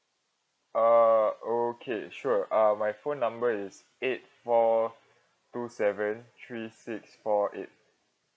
uh okay sure uh my phone number is eight four two seven three six four eight